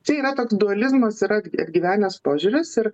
čia yra toks dualizmas yra at atgyvenęs požiūris ir